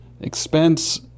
expense